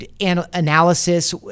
analysis